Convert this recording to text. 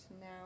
now